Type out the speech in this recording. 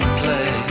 play